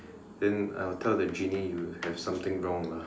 then I will tell the genie you have something wrong lah